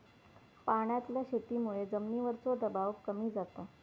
पाण्यातल्या शेतीमुळे जमिनीवरचो दबाव कमी जाता